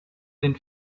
den